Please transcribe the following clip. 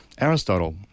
Aristotle